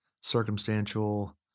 circumstantial